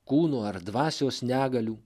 kūnų ar dvasios negalių